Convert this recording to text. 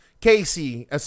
Casey